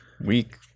week